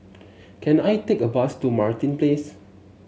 can I take a bus to Martin Place